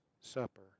Supper